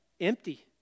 empty